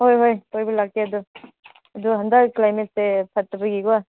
ꯍꯣꯏ ꯍꯣꯏ ꯀꯣꯏꯕ ꯂꯥꯛꯀꯦ ꯑꯗꯣ ꯑꯗꯣ ꯍꯟꯗꯛ ꯀ꯭ꯂꯥꯏꯃꯦꯠꯁꯦ ꯐꯠꯇꯕꯒꯤꯀꯣ